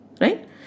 right